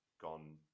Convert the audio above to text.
gone